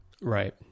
Right